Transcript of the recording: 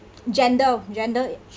gender of gender